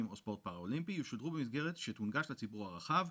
או ספורט פאראלימפי) ישודרו במסגרת שתונגש לציבור הרחב,